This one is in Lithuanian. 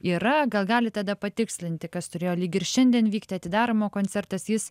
yra gal galit tada patikslinti kas turėjo lyg ir šiandien vykti atidarymo koncertas jis